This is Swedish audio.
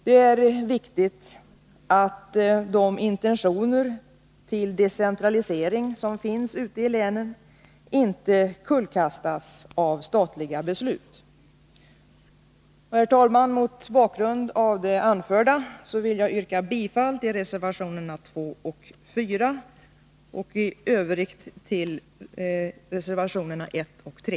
Det är viktigt att de intentioner till decentralisering som finns ute i länen inte kullkastas av statliga beslut. Herr talman! Mot bakgrund av det anförda vill jag yrka bifall till reservationerna 2 och 4 samt i övrigt även till reservationerna 1 och 3.